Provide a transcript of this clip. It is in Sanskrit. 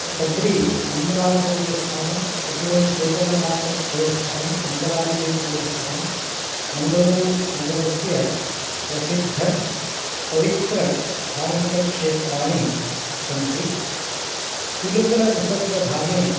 कद्रीमञ्जूनाथदेवस्थानं कुद्रोलीगोकर्णनाथदेवस्थानं मङ्गलादेवीदेवस्थानं मङ्गलूरुनगरस्य प्रसिद्धपवित्रधार्मिकक्षेत्राणि सन्ति पिलकुलनिसर्गधामे